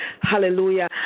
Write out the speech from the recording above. hallelujah